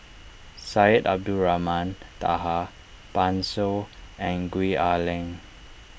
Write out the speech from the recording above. Syed Abdulrahman Taha Pan Shou and Gwee Ah Leng